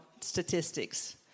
statistics